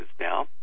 now